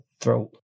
throat